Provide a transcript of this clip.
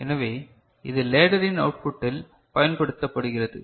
எனவே இது லேட்டர் இன் அவுட்புட்டில் பயன்படுத்தப்படுகிறது